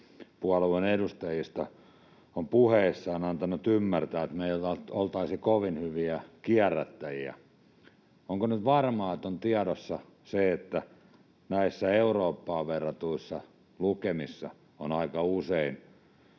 edustajista ovat puheissaan antaneet ymmärtää, että me ei oltaisi kovin hyviä kierrättäjiä. Onko nyt varmaa, että on tiedossa se, että näissä Eurooppaan verratuissa lukemissa on aika usein